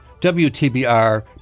WTBR